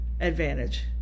advantage